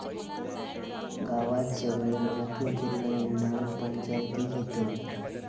गावात सगळे महत्त्व पूर्ण निर्णय पंचायती घेतत